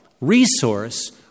resource